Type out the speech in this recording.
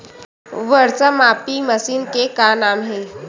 वर्षा मापी मशीन के का नाम हे?